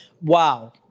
Wow